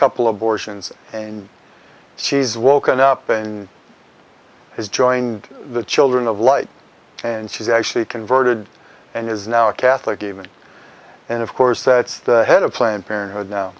abortions and she's woken up and has joined the children of light and she's actually converted and is now a catholic even and of course that's the head of planned parenthood now